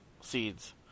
seeds